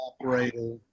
operator